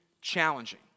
challenging